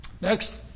Next